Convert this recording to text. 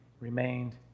remained